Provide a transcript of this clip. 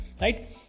right